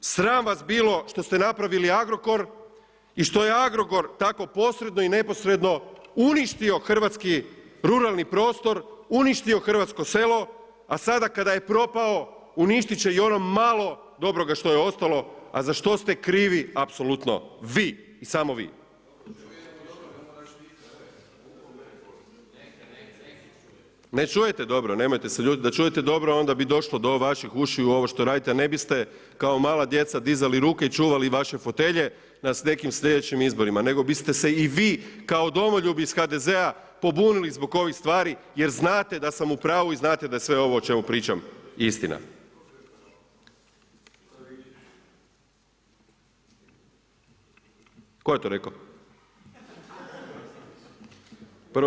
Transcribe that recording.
Sram vas bilo što ste napravili Agrokor i što je Agrokor tako posredno i neposredno uništio hrvatski ruralni prostor, uništio hrvatsko selo a sada kada je propao uništiti će i ono malo dobroga što je ostalo a za što ste krivi apsolutno vi i samo vi [[Upadica: Dobro ne moraš vikati.]] [[Upadica: Neka, neka, neka se čuje.]] Ne čujte dobro, nemojte se ljutiti, da čujete dobro onda bi došlo do vaših ušiju ovo što radite a ne biste kao mala djeca dizali ruke i čuvali vaše fotelje na nekim sljedećim izborima nego biste se i vi kao domoljubi iz HDZ-a pobunili zbog ovih stvari jer znate da sam u pravu i znte da je sve ovo o čemu pričam istina. … [[Upadica se ne čuje.]] Tko je to rekao?